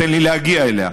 תן לי להגיע אליה.